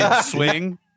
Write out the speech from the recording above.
swing